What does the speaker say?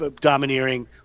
domineering